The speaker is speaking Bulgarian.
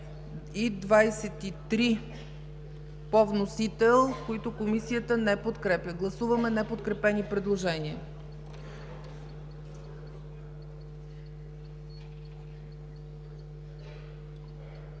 и 23 по вносител, които Комисията не подкрепя. Гласуваме неподкрепени предложения.